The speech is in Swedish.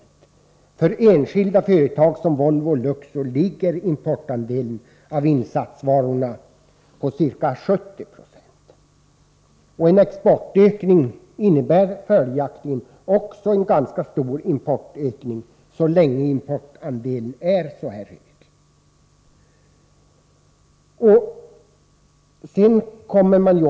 För enskilda företag som Volvo och Luxor ligger importandelen av insatsvarorna på ca 70 Jo. En exportökning innebär följaktligen också en ganska stor importökning, så länge importandelen är så hög.